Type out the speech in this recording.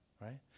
right